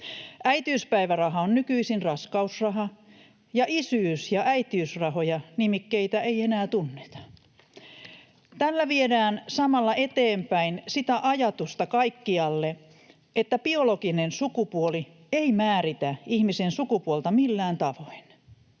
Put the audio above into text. Äitiyspäiväraha on nykyisin raskausraha ja isyys- ja äitiysraha-nimikkeitä ei enää tunneta. Tällä viedään samalla eteenpäin sitä ajatusta kaikkialle, että biologinen sukupuoli ei määritä ihmisen sukupuolta millään tavoin.